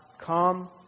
Come